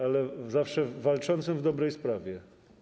Ale zawsze walczącym w dobrej sprawie.